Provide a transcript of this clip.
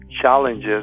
challenges